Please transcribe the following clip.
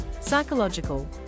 psychological